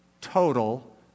Total